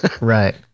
Right